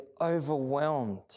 overwhelmed